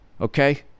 okay